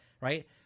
Right